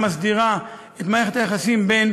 אדוני היושב-ראש, חברי חברי הכנסת, ביום